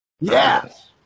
Yes